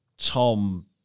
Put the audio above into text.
Tom